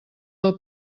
del